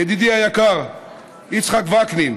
ידידי היקר יצחק וקנין,